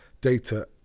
data